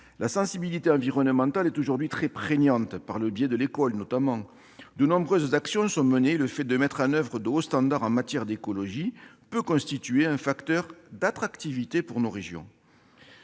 La sensibilité environnementale est aujourd'hui très prégnante, par le biais de l'école notamment. De nombreuses actions sont menées et le fait de mettre en oeuvre de hauts standards en matière d'écologie peut constituer un facteur d'attractivité pour nos régions.